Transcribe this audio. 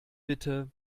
bitte